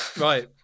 Right